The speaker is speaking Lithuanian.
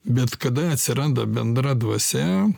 bet kada atsiranda bendra dvasia